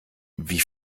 wie